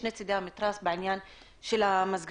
עומדים משני צדי המתרס בעניין של המסגרות,